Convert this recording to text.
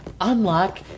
unlock